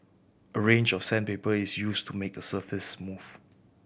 a range of sandpaper is used to make the surface smooth